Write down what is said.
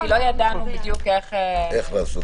כי לא ידענו בדיוק איך לעשות את זה,